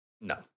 No